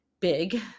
big